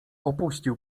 opuścił